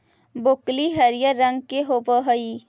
broccoli हरियर रंग के होब हई